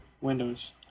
Windows